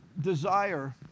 desire